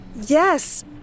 yes